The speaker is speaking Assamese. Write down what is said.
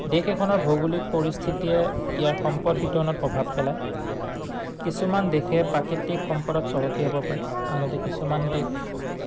দেশ এখনৰ ভৌগোলিক পৰিস্থিতিয়ে ইয়াৰ সম্পদ বিতৰণত প্ৰভাৱ পেলায় কিছুমান দেশে প্ৰাকৃতিক সম্পদত চহকী হ'ব পাৰে আনহাতে কিছুমান দেশ